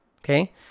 Okay